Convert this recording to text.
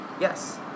Yes